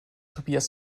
tobias